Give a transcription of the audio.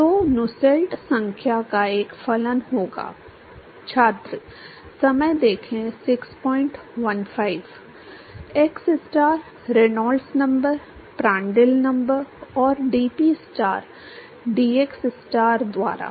तो नुसेल्ट संख्या का एक फलन होगा xstar Reynolds number Prandtl number और dPstar dxstar द्वारा